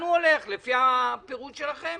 ולאן הוא הולך לפי הפירוט שלכם.